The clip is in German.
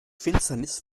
finsternis